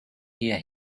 hear